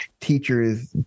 teachers